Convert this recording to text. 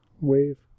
wave